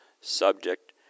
subject